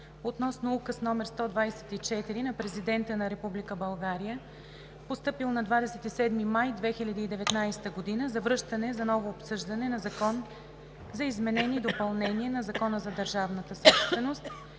обсъди Указ № 124 на Президента на Република България, постъпил на 27 май 2019 г., за връщане за ново обсъждане на Закона за изменение и допълнение на Закона за държавната собственост,